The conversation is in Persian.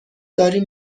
داریم